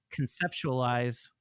conceptualize